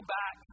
back